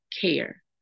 care